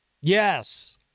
Yes